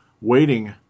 waiting